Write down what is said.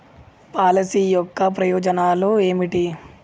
Policy యొక్క ప్రయోజనాలు ఏమిటి?